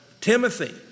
Timothy